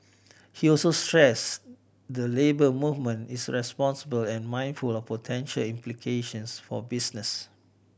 he also stressed the Labour Movement is responsible and mindful of potential implications for business